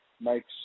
makes